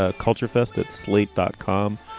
ah culture fest at slate dot com.